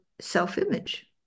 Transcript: self-image